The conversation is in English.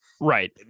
right